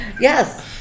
yes